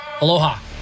Aloha